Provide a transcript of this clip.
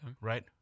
right